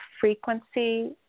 frequency